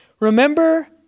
Remember